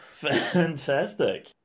Fantastic